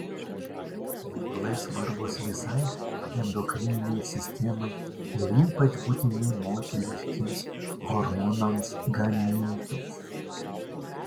riebalai svarbūs visai endokrininei sistemai ir ypač būtini moteriškiems hormonams gamintis